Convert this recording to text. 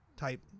type